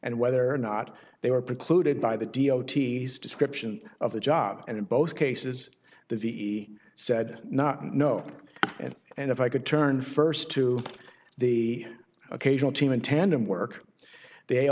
and whether or not they were precluded by the d o t description of the job and in both cases the ve said not no and and if i could turn st to the occasional team in tandem work they